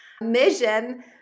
mission